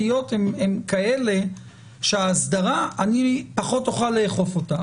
האכיפה הן כאלה שנוכל פחות לאכוף את האסדרה.